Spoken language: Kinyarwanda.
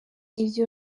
iryo